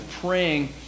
praying